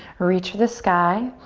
reach for the sky.